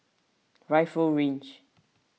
Rifle Range